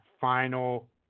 final